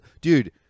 Dude